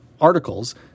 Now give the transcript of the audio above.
articles